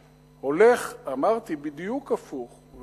הולך, אמרתי, בדיוק הפוך,